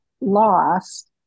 Lost